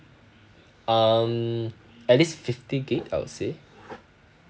um at least fifty gig I would say